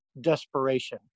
desperation